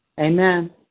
Amen